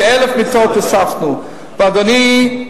כ-1,000 מיטות הוספנו, ואדוני,